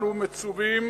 אנחנו מצווים